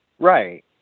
Right